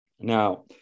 now